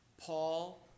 Paul